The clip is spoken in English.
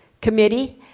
Committee